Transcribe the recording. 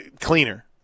Cleaner